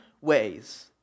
ways